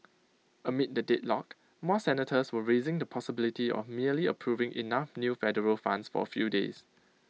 amid the deadlock more senators were raising the possibility of merely approving enough new Federal Funds for A few days